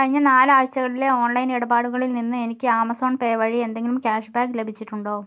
കഴിഞ്ഞ നാലായ്ഴ്ചകളിലെ ഓൺലൈൻ ഇടപാടുകളിൽ നിന്ന് എനിക്ക് ആമസോൺ പേ വഴി എന്തെങ്കിലും ക്യാഷ്ബാക്ക് ലഭിച്ചിട്ടുണ്ടോ